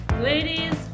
Ladies